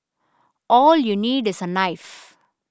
all you need is a knife